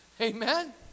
Amen